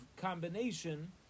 combination